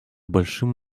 большим